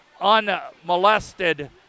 Unmolested